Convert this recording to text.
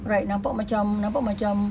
ride nampak macam nampak macam